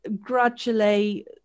gradually